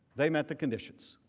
they met the conditions.